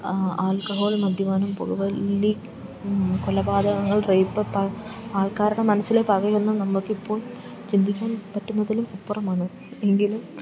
alcohol മദ്യപാനം പുകവല്ലി കൊലപാതകങ്ങൾ റേയ്പ്പ് ആൾക്കാരുടെ മനസ്സിലെ പകയൊന്നും നമുക്കിപ്പോൾ ചിന്തിക്കാൻ പറ്റുന്നതിലും അപ്പുറമാണ് എങ്കിലും